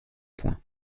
point